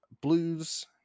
blues